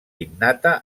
innata